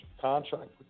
contract